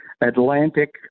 Atlantic